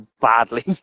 badly